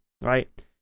right